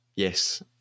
Yes